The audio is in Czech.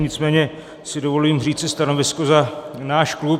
Nicméně si dovolím říci stanovisko za náš klub.